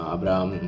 Abraham